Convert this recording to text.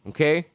Okay